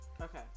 Okay